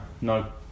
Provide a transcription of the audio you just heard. No